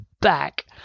back